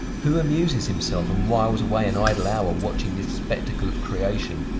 who amuses himself and whiles away an idle hour watching this spectacle of creation,